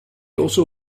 also